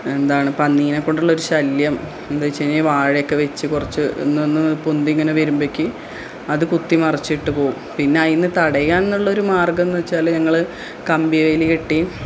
എന്താണ് പന്നിനെ കൊണ്ടുള്ള ഒരു ശല്യം എന്ത് വച്ച് കഴിഞ്ഞാൽ വാഴയൊക്കെ വച്ച് കുറച്ച് ഒന്നൊന്ന് പൊന്തി ഇങ്ങനെ വരുമ്പഴേക്ക് അത് കുത്തിമറിച്ചിട്ട് പോവും പിന്നെ അതിന് തടയാനുള്ളൊരു മാർഗ്ഗം എന്ന് വച്ചാൽ ഞങ്ങൾ കമ്പിവേലി കെട്ടി